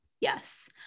Yes